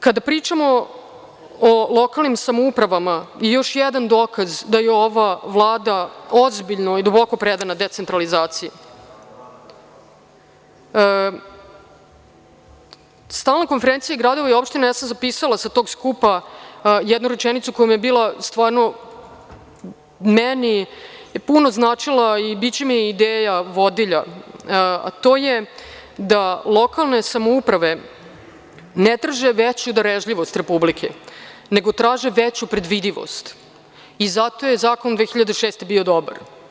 Kada pričamo o lokalnim samoupravama i još jedan dokaz da je ova Vlada ozbiljno i duboko predana decentralizaciji, „Stalne konferencije gradova i opština“, ja sam zapisala sa tog skupa jednu rečenicu koja je meni stvarno puno značila i biće mi ideja vodilja, a to je da lokalne samouprave ne traže veću darežljivost Republike, nego traže veću predvidivost i zato je zakon 2006. godine bio dobar.